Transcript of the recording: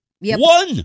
one